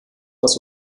das